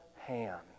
hand